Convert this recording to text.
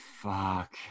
Fuck